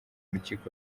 rukiko